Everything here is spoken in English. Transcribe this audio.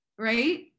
right